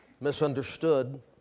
misunderstood